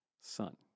Son